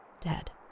dead